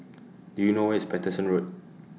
Do YOU know Where IS Paterson Road